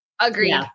Agreed